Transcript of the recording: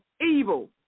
evil